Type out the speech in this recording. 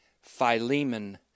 Philemon